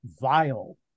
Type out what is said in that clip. vile